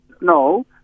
No